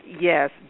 Yes